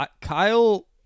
Kyle